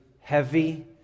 heavy